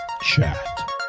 Chat